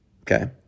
Okay